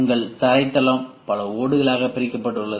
உங்கள் தரைத்தளம் பல ஓடுகளாக பிரிக்கப்பட்டுள்ளது